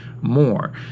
more